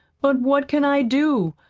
but what can i do?